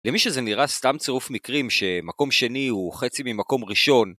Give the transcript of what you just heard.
למי שזה נראה סתם צירוף מקרים שמקום שני הוא חצי ממקום ראשון